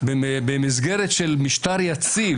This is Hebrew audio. במסגרת של משטר יציב,